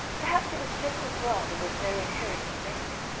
perhaps it was just as well there was no inherited memory.